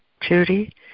Judy